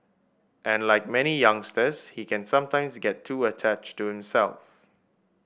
and like many youngsters he can sometimes get too attached to himself